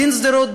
דין שדרות,